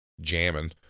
jamming